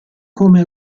come